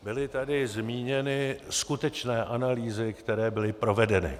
Byly tady zmíněny skutečné analýzy, které byly provedeny.